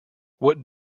what